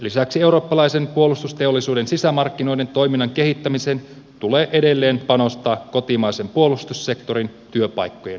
lisäksi eurooppalaisen puolustusteollisuuden sisämarkkinoiden toiminnan kehittämiseen tulee edelleen panostaa kotimaisen puolustussektorin työpaikkojen säilyttämiseksi